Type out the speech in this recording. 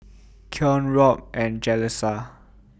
Keon Robb and Jaleesa